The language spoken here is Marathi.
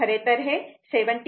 खरेतर हे 70